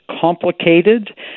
complicated